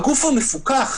הגוף המפוקח,